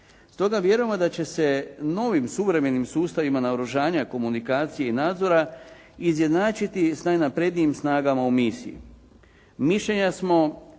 Stoga vjerujemo da će se novim suvremenim sustavima naoružanja, komunikacije i nadzora, izjednačiti s najnaprednijim snagama u misiji. Mišljenja smo